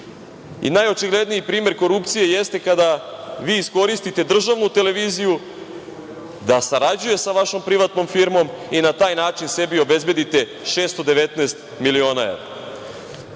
sekunde. Najočigledniji primer korupcije jeste kada vi iskoristite državnu televiziju da sarađuje sa vašom privatnom firmom i na taj način sebi obezbedite 619 miliona